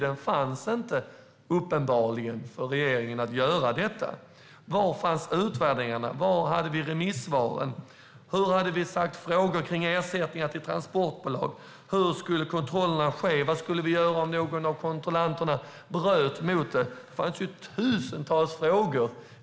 Jo, för att tiden uppenbarligen inte fanns för regeringen att göra detta. Var fanns utvärderingarna? Var hade vi remissvaren? Hur hade vi gjort med frågor om ersättning till transportbolag? Hur skulle kontrollerna ske? Vad skulle vi göra om någon av kontrollanterna bröt mot det? Det fanns tusentals frågor.